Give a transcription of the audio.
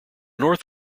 north